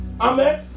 Amen